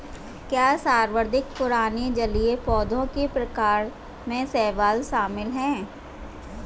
क्या सर्वाधिक पुराने जलीय पौधों के प्रकार में शैवाल शामिल है?